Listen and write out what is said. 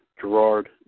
Gerard